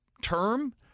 term